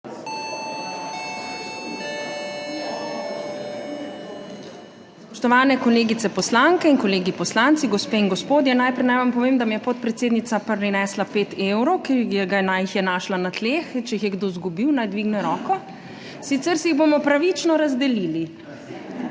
Spoštovane kolegice poslanke in kolegi poslanci, gospe in gospodje! Najprej naj vam povem, da mi je podpredsednica prinesla 5 evrov, ki jih je našla na tleh. Če jih je kdo izgubil, naj dvigne roko, sicer si jih bomo pravično razdelili